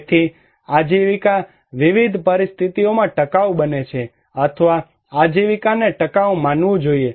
તેથી આજીવિકા વિવિધ પરિસ્થિતિઓમાં ટકાઉ બને છે અથવા આજીવિકાને ટકાઉ માનવું જોઈએ